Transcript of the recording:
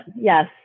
yes